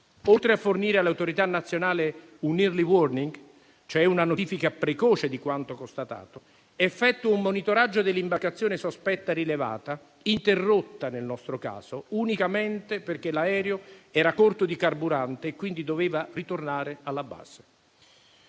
oltre a fornire alle autorità nazionali un *early warning*, cioè una notifica precoce di quanto constatato, effettua un monitoraggio dell'imbarcazione sospetta rilevata, interrotta, nel nostro caso, unicamente perché l'aereo era a corto di carburante e quindi doveva ritornare alla base.